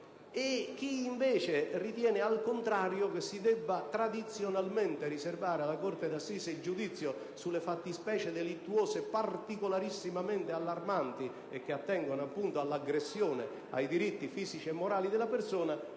chi invece ritiene, al contrario, che si debba tradizionalmente riservare alla corte d'assise il giudizio sulle fattispecie delittuose particolarissimamente allarmanti e che attengono appunto all'aggressione ai diritti fisici e morali della persona,